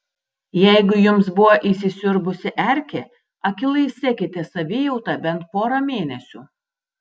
jeigu jums buvo įsisiurbusi erkė akylai sekite savijautą bent porą mėnesių